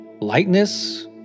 lightness